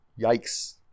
yikes